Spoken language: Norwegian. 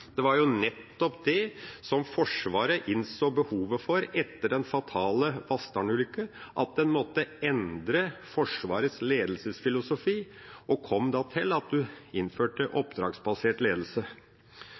Det var jo nettopp det som Forsvaret innså behovet for etter den fatale Vassdalen-ulykken, at en måtte endre Forsvarets ledelsesfilosofi, og en kom da til at en innførte oppdragsbasert ledelse.